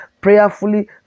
prayerfully